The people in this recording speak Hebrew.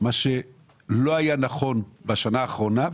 מה שלא היה נכון בשנה האחרונה,